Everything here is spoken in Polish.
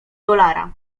dolara